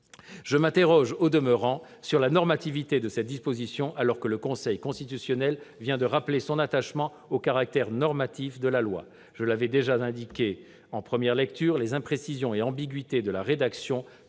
Je m'interroge, au demeurant, sur la normativité de cette disposition, alors que le Conseil constitutionnel vient de rappeler son attachement au caractère normatif de la loi. Je l'avais déjà indiqué en première lecture, les imprécisions et ambiguïtés de la rédaction